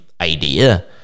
idea